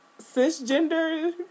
cisgender